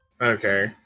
Okay